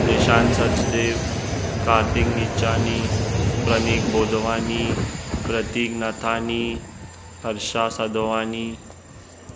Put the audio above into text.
निशान सचदेव कार्तिक निचानी प्रनीक बोधवानी प्रतीक नथानी हर्षा सदवानी